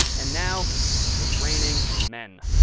and now it's raining men.